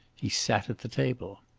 he sat at the table.